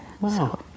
Wow